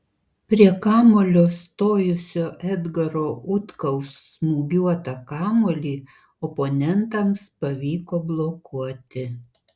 prie kamuolio stojusio edgaro utkaus smūgiuotą kamuolį oponentams pavyko blokuoti